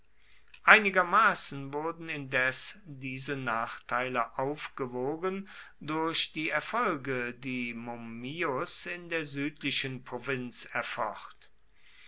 einigermaßen wurden indes diese nachteile aufgewogen durch die erfolge die mummius in der südlichen provinz erfocht